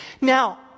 Now